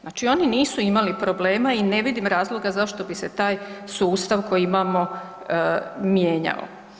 Znači oni nisu imali problema i ne vidim razloga zašto bi se taj sustav koji imamo mijenjao.